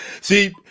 See